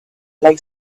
lay